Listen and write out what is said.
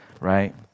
right